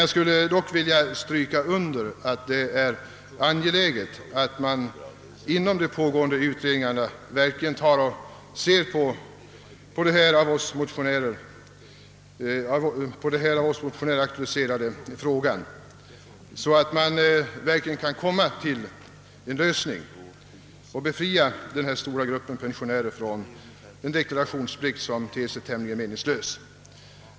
Jag skulle dock vilja understryka att det är angeläget att man inom de pågående utredningarna verkligen tar den av oss motionärer aktualiserade frågan under övervägande, så att man kan åstadkomma en lösning och befria denna stora grupp pensionärer från en deklarationsplikt som ter sig tämligen meningslös.